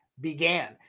began